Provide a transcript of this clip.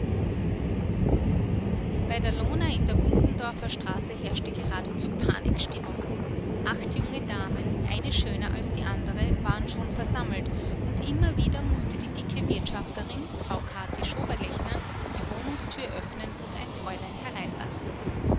bei der lona in der gumpendorferstraße herrschte geradezu panikstimmung acht junge damen eine schöner als die andere waren schon versammelt und immer wieder mußte die dicke wirtschafterin frau kathi schoberlechner die wohnungstür öffnen und ein fräulein hereinlassen